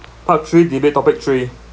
part three debate topic three